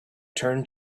turned